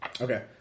Okay